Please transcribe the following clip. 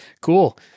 Cool